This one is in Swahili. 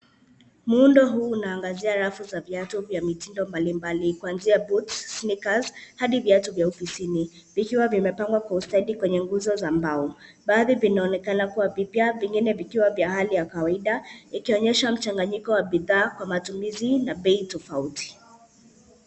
Muundo huu unaangazia harafu za viatu vya mtindo mbalimbali kuanzia Boots, Sneakers hadi viatu vya ofisini vikiwa vimepangwa kwa ustadi kwenye guzo za mbao. Baadhi vinaonekana kuwa vipya vingine vikiwa vya hali ya kawaida likionyesha mchanganyiko wabidhaa kwa matumizi na bei tofauti.